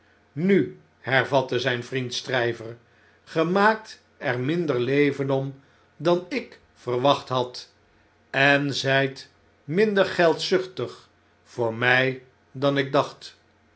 nu hervatte zijn vriend stryver ge maakt er minder leven om dan ik verwacht had en in londen en paeijs zijt minder geldzuchtig voor mij dan ik dacht